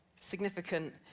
Significant